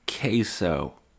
queso